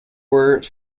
were